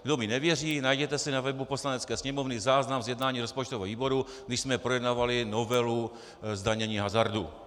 Kdo mi nevěří, najděte si na webu Poslanecké sněmovny záznam z jednání rozpočtového výboru, když jsme projednávali novelu zdanění hazardu.